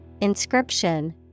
inscription